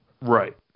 Right